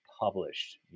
published